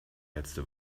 letzte